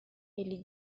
ele